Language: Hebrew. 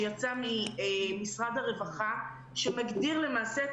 שיצא ממשרד הרווחה שמגדיר למעשה את